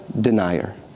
denier